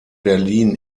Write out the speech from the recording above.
berlin